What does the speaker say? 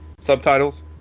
subtitles